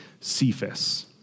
Cephas